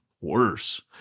worse